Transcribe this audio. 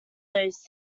those